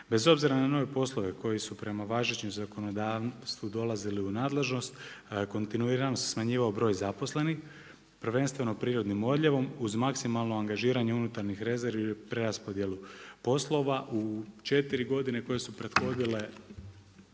Bez obzira na nove poslove koji su prema važećem zakonodavstvu dolazile u nadležnost kontinuirano se smanjivao broj zaposlenih, prvenstveno prirodnim odljevom uz maksimalno angažiranje unutarnjih rezervi, preraspodjelu poslova. U 4 godine koje su prethodile